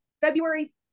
February